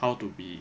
how to be